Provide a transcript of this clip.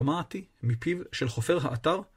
אמרתי, מפיו של חופר האתר